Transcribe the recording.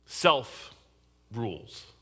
self-rules